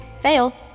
Fail